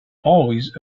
always